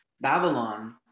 Babylon